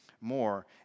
more